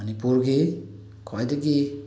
ꯃꯅꯤꯄꯨꯔꯒꯤ ꯈ꯭ꯋꯥꯏꯗꯒꯤ